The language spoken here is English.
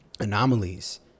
Anomalies